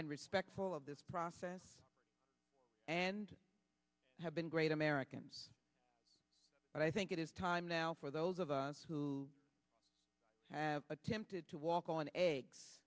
respectful of this process and have been great americans but i think it is time now for those of us who have attempted to walk on eggs